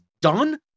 done